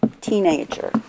teenager